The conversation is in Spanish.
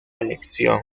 elección